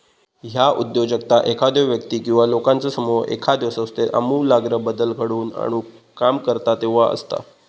ह्या उद्योजकता एखादो व्यक्ती किंवा लोकांचो समूह एखाद्यो संस्थेत आमूलाग्र बदल घडवून आणुक काम करता तेव्हा असता